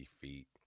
feet